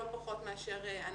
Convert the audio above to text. לא פחות מאשר אנחנו.